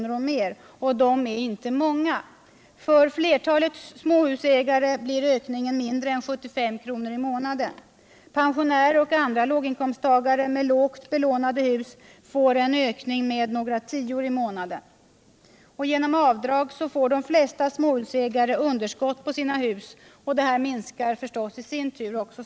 och mer, och de är inte många. För flertalet småhusägare blir ökningen mindre än 75 kr. i månaden. Pensionärer och låginkomsttagare med lågt belånade hus får en ökning med några tior i månaden. Genom avdragen får de flesta småhusägare underskott på sina hus, och det minskar förstås i sin tur skatten.